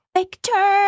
Victor